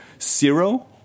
zero